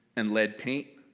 and lead paint.